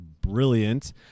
brilliant